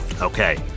Okay